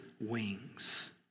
wings